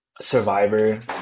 Survivor